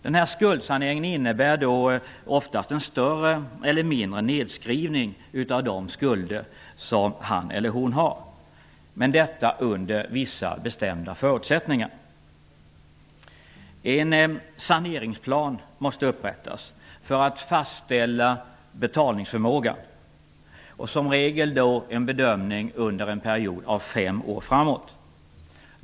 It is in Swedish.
Den här skuldsaneringen innebär oftast en större eller mindre nedskrivning av de skulder som en person har -- men under vissa bestämda förutsättningar. En saneringsplan måste upprättas för att fastställa betalningsförmågan och som regel en bedömning under en period av fem år framåt.